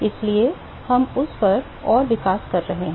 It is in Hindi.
इसलिए हम उस पर और विकास कर रहे हैं